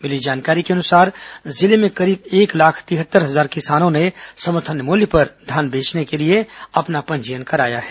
मिली जानकारी के अनुसार जिले में करीब एक लाख तिहत्तर हजार किसानों ने समर्थन मूल्य पर धान बेचने के लिए अपना पंजीयन कराया है